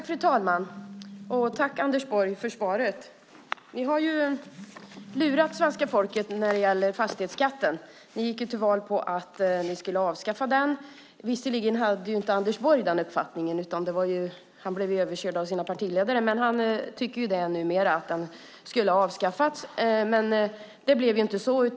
Fru talman! Tack för svaret, Anders Borg! Ni har lurat svenska folket när det gäller fastighetsskatten. Ni gick till val på att ni skulle avskaffa den. Visserligen hade inte Anders Borg den uppfattningen, utan han blev överkörd av partiledarna och tycker numera att den skulle ha avskaffats. Men det blev inte så.